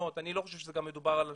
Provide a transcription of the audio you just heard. אני לא חושב שמדובר גם על אלפים.